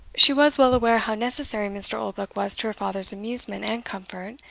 she was well aware how necessary mr. oldbuck was to her father's amusement and comfort,